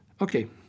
Okay